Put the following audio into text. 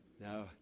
No